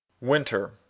winter